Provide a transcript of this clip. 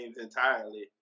entirely